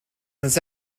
this